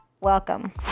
welcome